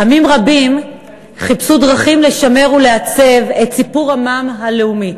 עמים רבים חיפשו דרכים לשמר ולעצב את סיפורם הלאומי.